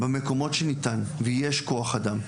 במקומות שניתן ויש כוח אדם,